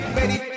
ready